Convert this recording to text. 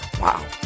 wow